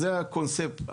זה הקונספט,